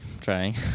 trying